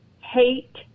hate